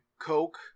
Coke